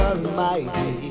Almighty